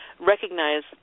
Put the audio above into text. recognize